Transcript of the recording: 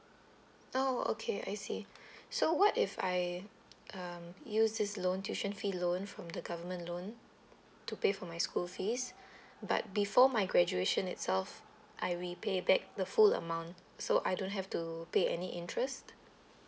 oh okay I see so what if I um use this loan tuition fee loan from the government loan to pay for my school fees but before my graduation itself I repay back the full amount so I don't have to pay any interest